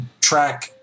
track